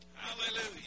Hallelujah